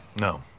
No